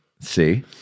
See